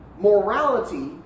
morality